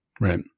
Right